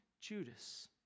Judas